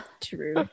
True